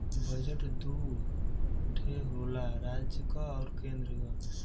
budget दू ठे होला राज्य क आउर केन्द्र क